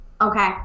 Okay